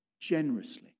generously